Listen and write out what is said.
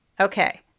Okay